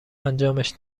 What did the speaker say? انجامش